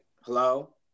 Hello